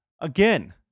Again